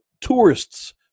tourists